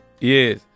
yes